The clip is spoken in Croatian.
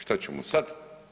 Šta ćemo sad?